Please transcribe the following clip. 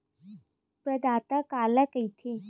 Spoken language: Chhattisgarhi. प्रदाता काला कइथे?